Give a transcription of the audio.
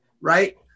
Right